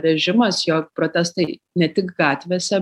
režimas jog protestai ne tik gatvėse